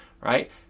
right